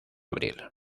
abril